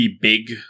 big